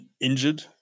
injured